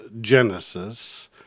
Genesis